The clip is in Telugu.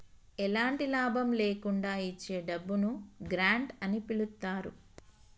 ఎలాంటి లాభం లేకుండా ఇచ్చే డబ్బును గ్రాంట్ అని పిలుత్తారు